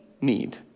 need